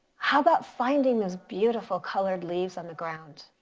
how about finding those beautiful colored leaves on the ground?